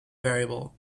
variable